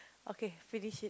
okay finish it